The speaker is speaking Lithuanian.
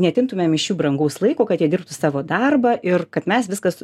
neatimtumėm iš jų brangaus laiko kad jie dirbtų savo darbą ir kad mes viskas